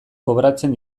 kobratzen